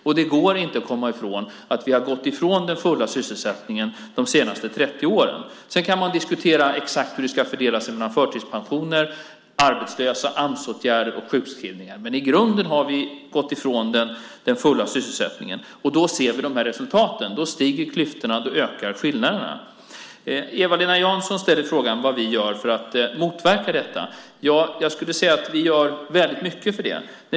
Det går heller inte att komma ifrån att vi har gått ifrån den fulla sysselsättningen de senaste 30 åren. Sedan kan man diskutera exakt hur det ska fördelas mellan förtidspensioner, arbetslösa, Amsåtgärder och sjukskrivningar, men i grunden har vi gått ifrån den fulla sysselsättningen, och då ser vi dessa resultat. Då vidgas klyftorna, och då ökar skillnaderna. Eva-Lena Jansson frågar vad vi gör för att motverka detta. Jag skulle vilja säga att vi gör väldigt mycket.